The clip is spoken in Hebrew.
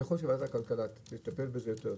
ככל שוועדת הכלכלה תטפל בזה יותר,